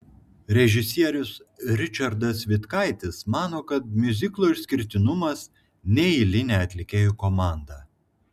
režisierius ričardas vitkaitis mano kad miuziklo išskirtinumas neeilinė atlikėjų komanda